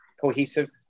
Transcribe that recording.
cohesive